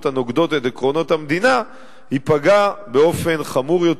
הנוגדות את עקרונות המדינה ייפגע באופן חמור יותר.